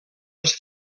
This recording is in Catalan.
les